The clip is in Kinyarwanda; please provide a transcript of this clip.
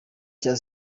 cya